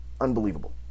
unbelievable